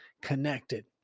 connected